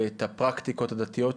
ואת הפרקטיקות הדתיות שלו,